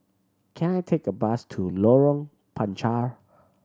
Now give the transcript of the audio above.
can I take a bus to Lorong Panchar